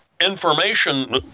Information